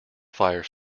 fire